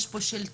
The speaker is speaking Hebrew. יש פה שלטון